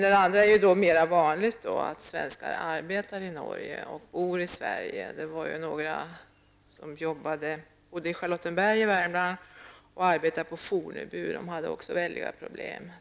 Det är mer vanligt att svenskar arbetar i Norge och bor i Sverige. Några personer som bodde i Fornebu hade också väldiga problem.